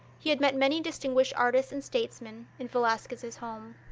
he had met many distinguished artists and statesmen in velazquez's home.